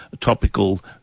topical